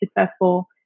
successful